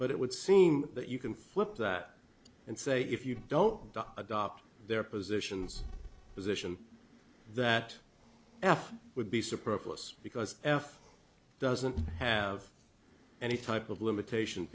but it would seem that you can flip that and say if you don't adopt their positions position that f would be superfluous because f doesn't have any type of limitation